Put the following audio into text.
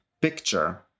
picture